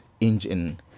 engine